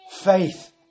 Faith